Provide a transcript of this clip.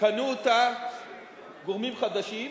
קנו אותה גורמים חדשים,